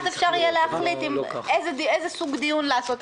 אז אפשר יהיה להחליט איזה סוג דיון לערוך.